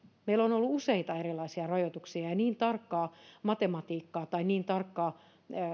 meillä on ollut useita erilaisia rajoituksia ja niin tarkkaa matematiikkaa tai niin tarkkaa